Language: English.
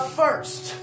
first